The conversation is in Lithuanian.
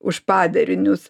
už padarinius